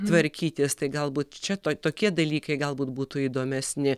tvarkytis tai galbūt čia tokie dalykai galbūt būtų įdomesni